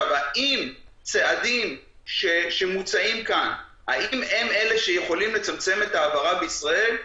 האם צעדים שמוצעים כאן הם אלה שיכולים לצמצם את ההעברה בישראל?